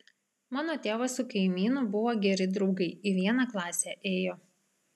mano tėvas su kaimynu buvo geri draugai į vieną klasę ėjo